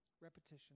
repetition